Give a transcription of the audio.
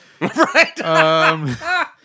Right